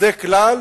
זה כלל